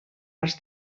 als